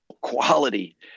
quality